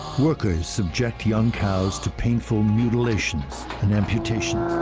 workers subject young cows to painful mutilations and amputations.